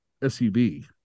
SUV